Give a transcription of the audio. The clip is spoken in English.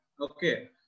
okay